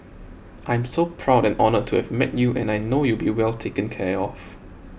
I'm so proud and honoured to have met you and I know you'll be well taken care of